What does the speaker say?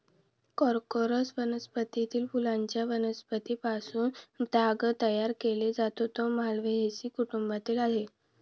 Corchorus वंशातील फुलांच्या वनस्पतीं पासून ताग तयार केला जातो, जो माल्व्हेसी कुटुंबातील आहे